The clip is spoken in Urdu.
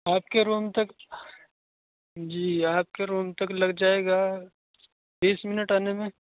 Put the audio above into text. آپ کے روم تک جی آپ کے روم تک لگ جائے گا بیس منٹ آنے میں